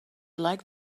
liked